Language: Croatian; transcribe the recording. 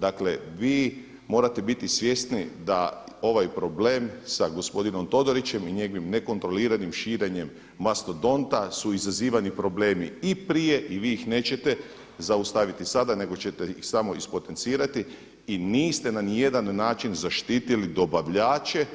Dakle, vi morate biti svjesni da ovaj problem sa gospodinom Todorićem i njegovim nekontroliranim širenjem mastodonta su izazivani problemi i prije i vi ih nećete zaustaviti sada nego ćete ih samo ispotencirati i niste ni na jedan način zaštitili dobavljače